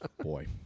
Boy